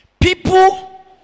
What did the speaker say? People